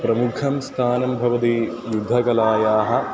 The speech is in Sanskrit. प्रमुखं स्थानं भवति युद्धकलायाः